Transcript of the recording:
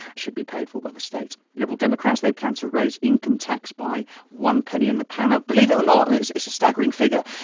should be paid for by the state. liberal democrats, they plan to raise income tax by one penny in the pound. now believe it or not, and it's a so staggering figure,